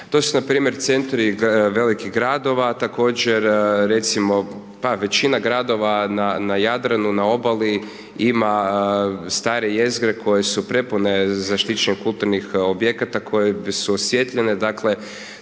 To su npr. centri velikih gradova, također, recimo, pa većina gradova na Jadranu, na obali, ima stare jezgre koje su prepune zaštićenih kulturnih objekata koji su osvijetljeni,